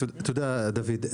דוד,